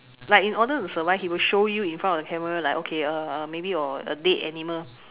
like in order to survive he will show you in front of the camera like okay uh maybe or a dead animal